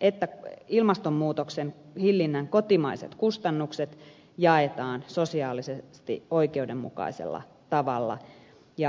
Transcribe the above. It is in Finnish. että ilmastonmuutoksen hillinnän kotimaiset kustannukset jaetaan sosiaalisesti oikeudenmukaisella tavalla ja siirtyy päiväjärjestykseen